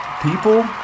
People